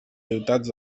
ciutats